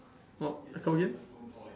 uh come again